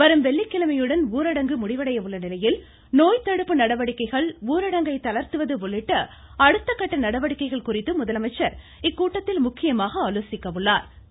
வரும் வெள்ளிக்கிழமையுடன் ஊரடங்கு முடிவடைய உள்ள நிலையில் நோய் தடுப்பு நடவடிக்கைகள் ஊரடங்கை தளர்த்துவது உள்ளிட்ட அடுத்தக் கட்ட நடவடிக்கைகள் குறித்து முதலமைச்சர் இக்கூட்டத்தில் முக்கியமாக ஆலோசிக்க உள்ளா்